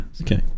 Okay